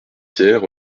pierre